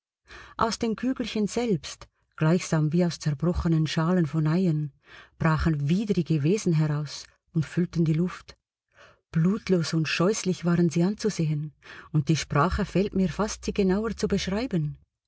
aus den kügelchen selbst gleichsam wie aus zerbrochenen schalen von eiern brachen widrige wesen heraus und füllten die luft blutlos und scheußlich waren sie anzusehen und die sprache fehlt mir fast sie genauer zu beschreiben